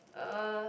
uh